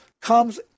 comes